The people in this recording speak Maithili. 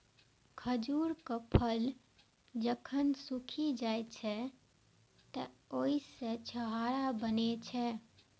खजूरक फल जखन सूखि जाइ छै, तं ओइ सं छोहाड़ा बनै छै